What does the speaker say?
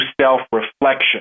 self-reflection